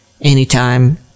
anytime